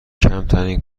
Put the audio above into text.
کمترین